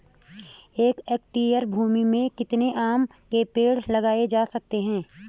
एक हेक्टेयर भूमि में कितने आम के पेड़ लगाए जा सकते हैं?